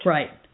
Right